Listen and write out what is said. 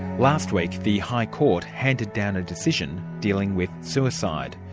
last week the high court handed down a decision dealing with suicide.